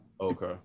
Okay